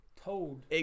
told